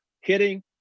hitting